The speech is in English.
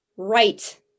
right